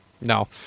No